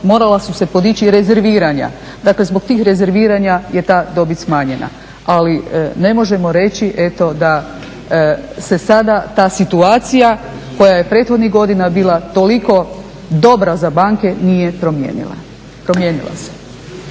morala su se podići rezerviranja. Dakle zbog tih rezerviranja je ta dobit smanjena. Ali ne možemo reći da se sada ta situacija koja je prethodnih godina bila dobra za banke nije promijenila, promijenila se.